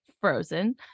frozen